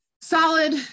solid